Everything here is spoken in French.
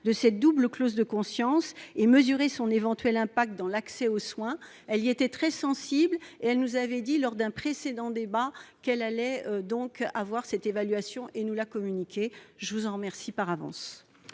de cette double clause de conscience et mesurer son éventuel impact dans l'accès aux soins. Très sensible à cette question, elle nous avait dit lors d'un précédent débat qu'elle allait recevoir cette évaluation et nous la communiquer. Je vous remercie, par avance,